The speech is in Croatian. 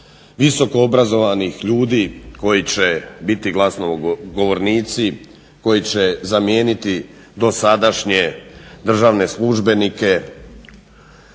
visoko obrazovanih ljudi koji će biti glasnogovornici koji će zamijeniti dosadašnje državne službenike.